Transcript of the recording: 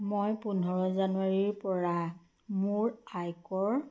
মই পোন্ধৰ জানুৱাৰীৰপৰা মোৰ আয়কৰ